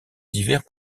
divers